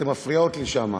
אתם מפריעות לי שם,